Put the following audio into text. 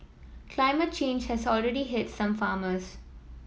climate change has already hit some farmers